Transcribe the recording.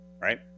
right